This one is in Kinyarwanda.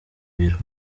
biro